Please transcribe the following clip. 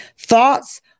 Thoughts